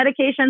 medications